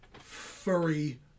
furry